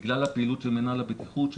בגלל הפעילות של מינהל הבטיחות,